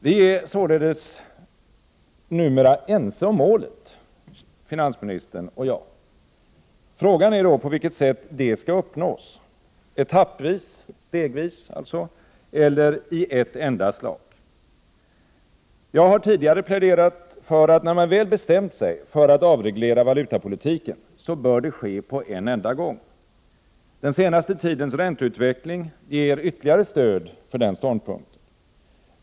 Vi är således numera ense om målet, finansministern och jag. Frågan är då på vilket sätt det skall uppnås — stegvis eller i ett enda slag. Jag har tidigare pläderat för att när man väl bestämt sig för att avreglera valutapolitiken, så bör det ske på en enda gång. Den senaste tidens ränteutveckling ger ytterligare stöd för denna ståndpunkt.